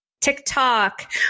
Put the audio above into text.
TikTok